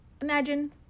imagine